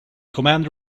commander